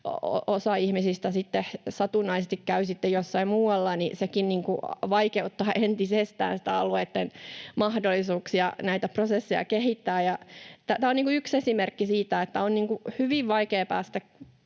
osa ihmisistä satunnaisesti käy sitten jossain muualla, vaikeuttaa entisestään alueitten mahdollisuuksia näitä prosesseja kehittää. Tämä on yksi esimerkki siitä, että on hyvin vaikea päästä